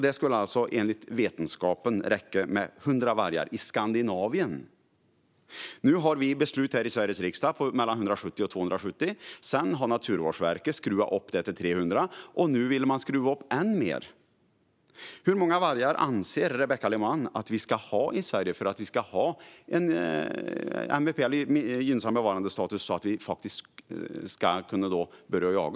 Det skulle alltså enligt vetenskapen räcka med 100 vargar i Skandinavien. Nu har vi beslutat här i Sveriges riksdag att det ska finnas mellan 170 och 270 vargar. Sedan har Naturvårdsverket skruvat upp antalet till 300, och nu vill man skruva upp det än mer. Hur många vargar anser Rebecka Le Moine att vi ska ha i Sverige för att ha en gynnsam bevarandestatus så att vi faktiskt ska kunna börja jaga?